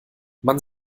man